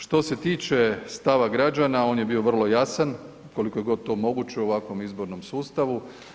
Što se tiče stava građana, on je bio vrlo jasan, koliko je god to moguće u ovakvom izbornom sustavu.